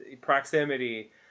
proximity